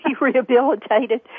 rehabilitated